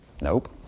Nope